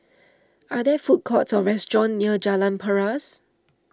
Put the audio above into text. are there food courts or restaurants near Jalan Paras